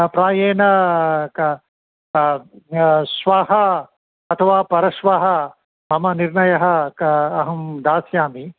प्रायेण क श्वः अथवा परश्वः मम निर्णयः कः अहं दास्यामि